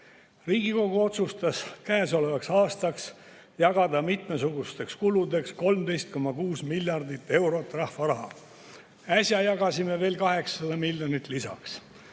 Riigikogu otsustas käesolevaks aastaks jagada mitmesugusteks kuludeks 13,6 miljardit eurot rahva raha. Äsja jagasime veel 800 miljonit lisaks.